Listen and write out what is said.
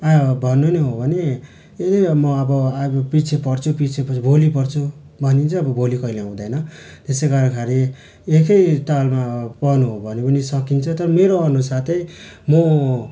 आ अब भन्नु नै हो भने ए म अब पछि पढ्छु पछि पढ्छु भोलि पढ्छु भनिन्छ अब भोलि कहिल्यै आउँदैन त्यसै गर्दाखेरि एकैतालमा पढ्नु हो भने पनि सकिन्छ तर मेरो अनुसार त्यही म